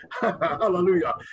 hallelujah